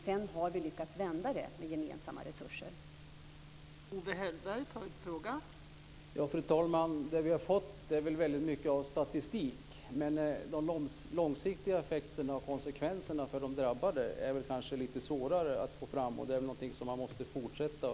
Sedan har vi med gemensamma resurser lyckats vända den utvecklingen.